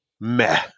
Meh